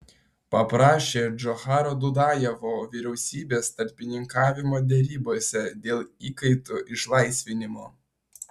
paprašė džocharo dudajevo vyriausybės tarpininkavimo derybose dėl įkaitų išlaisvinimo